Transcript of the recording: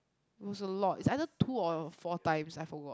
it was a lot it's either two or four times I forgot